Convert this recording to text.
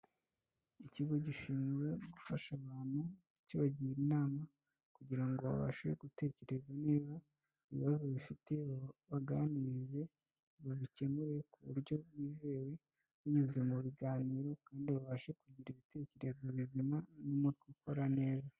Ikigo gishinzwe gufasha abantu kibagira inama, kugira ngo babashe gutekereza neza, ibibazo bafite babaganirize babikemure, ku buryo bwizewe, binyuze mu biganiro, kandi babashe kugira ibitekerezo bizima n'umutwe ukora neza.